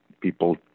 people